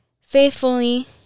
faithfully